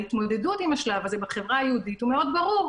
ההתמודדות עם השלב הזה בחברה היהודית מאוד ברור,